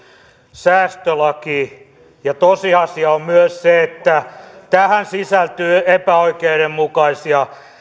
säästölaki ja tosiasia on myös se että tähän sisältyy epäoikeudenmukaisia